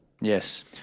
Yes